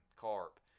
carp